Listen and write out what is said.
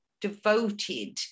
devoted